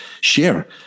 share